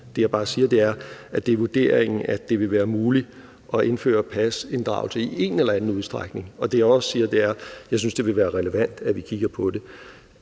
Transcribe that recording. Det, jeg bare siger, er, at det er vurderingen, at det vil være muligt at indføre pasinddragelse i en eller anden udstrækning. Og det, jeg også siger, er, at jeg synes, det vil være relevant, at vi kigger på det.